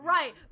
Right